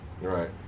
right